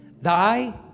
thy